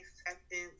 acceptance